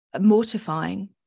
mortifying